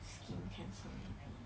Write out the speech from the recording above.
skin cancer maybe